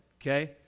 Okay